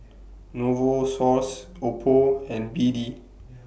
Novosource Oppo and B D